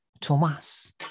Tomas